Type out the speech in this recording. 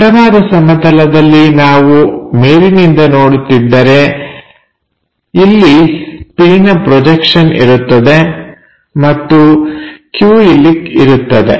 ಅಡ್ಡವಾದ ಸಮತಲದಲ್ಲಿ ನಾವು ಮೇಲಿನಿಂದ ನೋಡುತ್ತಿದ್ದರೆ ಇಲ್ಲಿ p ನ ಪ್ರೊಜೆಕ್ಷನ್ ಇರುತ್ತದೆ ಮತ್ತು q ಇಲ್ಲಿ ಇರುತ್ತದೆ